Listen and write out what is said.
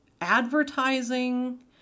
advertising